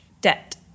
debt